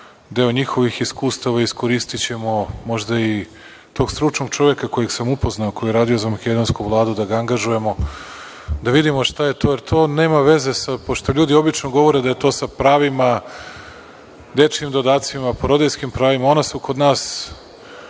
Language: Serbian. deo njihovih iskustava iskoristićemo možda i tog stručnog čoveka kojeg sam upoznao, koji je radio za Makedonsku vladu da ga angažujemo, da vidimo šta je to, jer to nema veze, pošto ljudi obično govore da je to sa pravima, dečijim dodacima, porodiljskim pravima. Ona su kod nas